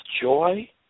joy